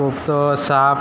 પૂગતો સાપ